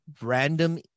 random